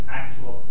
actual